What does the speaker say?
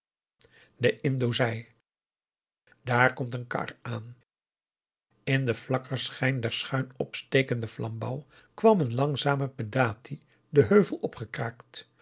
de indo zei daar komt een kar aan in den flakkerschijn der schuin opstekende flambouw kwam een langzame pedati den heuvel opgekraakt